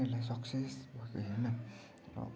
उनीहरूलाई सक्सेस भएको हेर्न